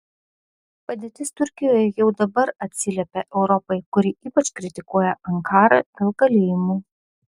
padėtis turkijoje jau dabar atsiliepia europai kuri ypač kritikuoja ankarą dėl kalėjimų